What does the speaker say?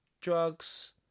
Drugs